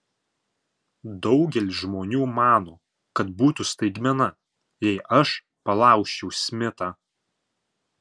daugelis žmonių mano kad būtų staigmena jei aš palaužčiau smithą